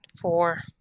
Four